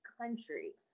country